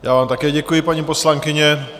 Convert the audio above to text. Já vám také děkuji, paní poslankyně.